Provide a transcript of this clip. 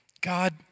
God